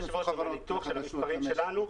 מניתוח המספרים שביצענו,